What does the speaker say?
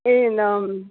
एनं